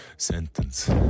Sentence